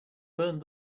burned